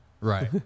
Right